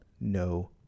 no